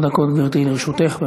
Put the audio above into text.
ארבע דקות, גברתי, לרשותך.